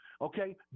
okay